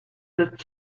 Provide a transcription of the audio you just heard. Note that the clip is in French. sept